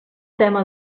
tema